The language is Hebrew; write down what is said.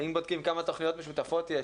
האם בודקים כמה תוכניות משותפות יש?